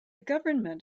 government